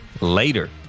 later